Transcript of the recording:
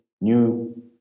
new